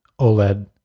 OLED